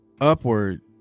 upward